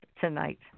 tonight